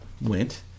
went